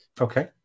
Okay